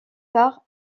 tard